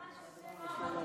ככה מתנהג שר?